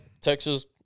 Texas